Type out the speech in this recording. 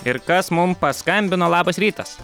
ir kas mum paskambino labas rytas